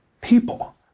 people